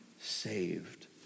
saved